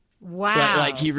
Wow